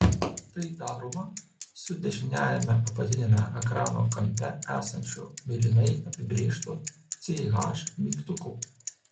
tai daroma su dešiniajame apatiniame ekrano kampe esančiu mėlynai apibrėžtu ch mygtuku